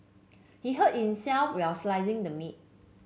he hurt himself while slicing the meat